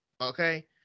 Okay